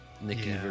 Nikki